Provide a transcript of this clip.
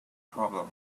problem